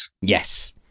Yes